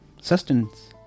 sustenance